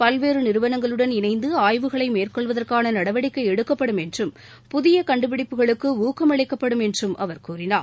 பல்வேறு நிறுவனங்களுடன் இணைந்து ஆய்வுகளை மேற்கொள்வதற்கான நடவடிக்கை எடுக்கப்படும் என்றும் புதிய கண்டுபிடிப்புகளுக்கு ஊக்கம் அளிக்கப்படும் என்றும் அவர் கூறினார்